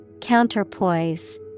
Counterpoise